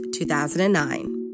2009